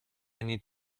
need